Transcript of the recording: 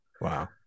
Wow